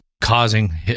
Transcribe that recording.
causing